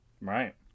Right